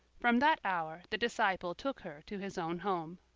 from that hour, the disciple took her to his own home.